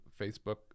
facebook